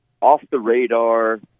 off-the-radar